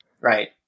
Right